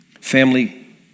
Family